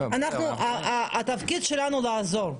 התפקיד שלנו לעזור.